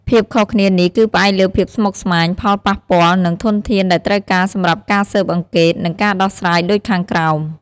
ភាពខុសគ្នានេះគឺផ្អែកលើភាពស្មុគស្មាញ ផលប៉ះពាល់ និងធនធានដែលត្រូវការសម្រាប់ការស៊ើបអង្កេត និងការដោះស្រាយដូចខាងក្រោម។